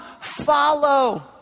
follow